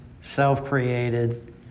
self-created